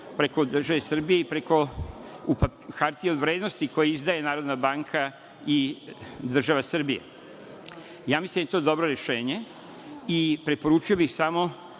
preko države Srbije i kao hartije od vrednosti koje izdaje Narodna banka i država Srbija. Mislim da je to dobro rešenje i preporučio bih samo